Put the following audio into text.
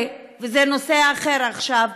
זה נושא אחר עכשיו.